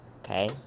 okay